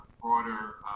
broader